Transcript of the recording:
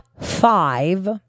five